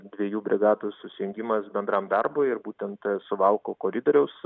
dviejų brigadų susijungimas bendram darbui ir būtent suvalkų koridoriaus